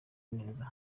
neza